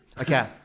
Okay